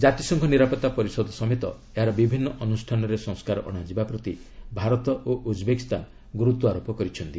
ଜାତିସଂଘ ନିରାପତ୍ତା ପରିଷଦ ସମତେ ଏହାର ବିଭିନ୍ନ ଅନୁଷ୍ଠାନରେ ସଂସ୍କାର ଅଣାଯିବା ପ୍ରତି ଭାରତ ଓ ଉଜ୍ବେକିସ୍ତାନ ଗୁରୁତ୍ୱାରୋପ କରିଛନ୍ତି